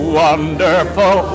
wonderful